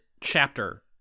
chapter